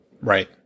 right